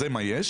זה מה יש,